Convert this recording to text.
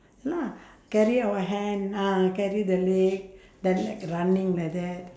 ya lah carry our hand ah carry the leg then like running like that